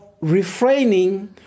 refraining